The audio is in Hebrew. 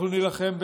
אנחנו נילחם בזה,